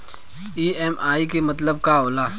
EMI के मतलब का होला?